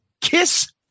Kiss